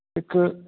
ਇੱਕ